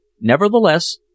Nevertheless